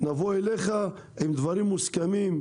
נבוא אליך עם דברים מוסכמים.